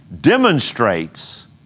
demonstrates